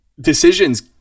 decisions